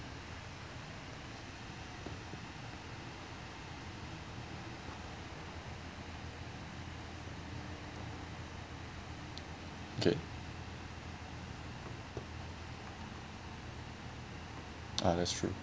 okay ah that's true